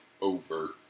overt